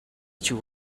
too